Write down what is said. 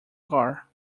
car